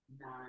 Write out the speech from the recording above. nine